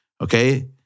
Okay